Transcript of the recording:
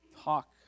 talk